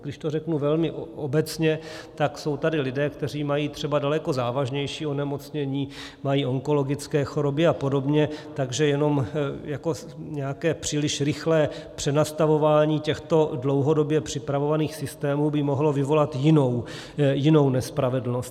Když to řeknu velmi obecně, tak jsou tady lidé, kteří mají třeba daleko závažnější onemocnění, mají onkologické choroby a podobně, takže jenom nějaké příliš rychlé přenastavování těchto dlouhodobě připravovaných systémů by mohlo vyvolat jinou nespravedlnost.